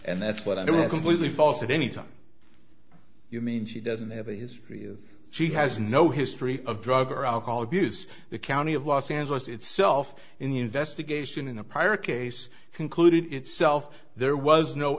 and that's what i was completely false at any time you mean she doesn't have a history of she has no history of drug or alcohol abuse the county of los angeles itself in the investigation in a prior case concluded itself there was no